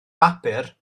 bapur